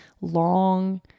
long